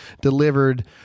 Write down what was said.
delivered